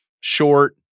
short